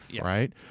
right